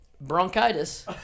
bronchitis